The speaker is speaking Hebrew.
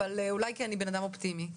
אבל אולי כי אני בנאדם אופטימי.